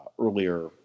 earlier